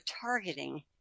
targeting